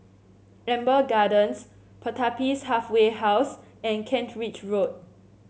Amber Gardens Pertapis Halfway House and Kent Ridge Road